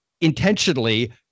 intentionally